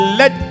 let